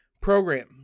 program